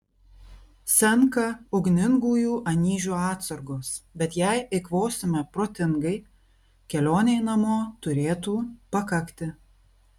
senka ugningųjų anyžių atsargos bet jei eikvosime protingai kelionei namo turėtų pakakti